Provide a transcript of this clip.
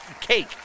Cake